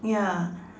ya